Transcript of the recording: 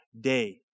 day